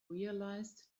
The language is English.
realized